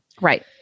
Right